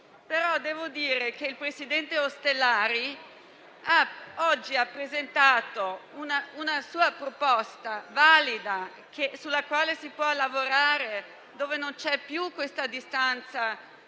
Il presidente Ostellari oggi, però, ha presentato una proposta valida sulla quale si può lavorare, dove non c'è più questa distanza